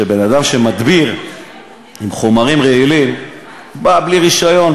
שבן-אדם שמדביר בחומרים רעילים בא בלי רישיון,